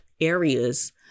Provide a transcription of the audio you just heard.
areas